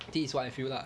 this is what I feel lah